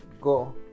go